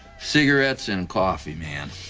cigarettes and coffee, man.